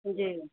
जी